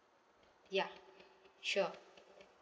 ya sure